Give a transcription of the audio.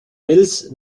mills